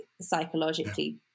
psychologically